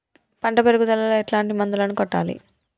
పంట పెరుగుదలలో ఎట్లాంటి మందులను కొట్టాలి?